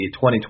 2020